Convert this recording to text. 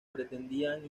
pretendían